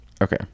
Okay